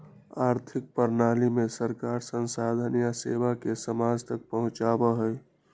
आर्थिक प्रणाली में सरकार संसाधन या सेवा के समाज तक पहुंचावा हई